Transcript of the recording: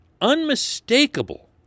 Unmistakable